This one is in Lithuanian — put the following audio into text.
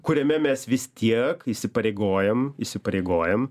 kuriame mes vis tiek įsipareigojam įsipareigojam